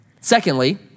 secondly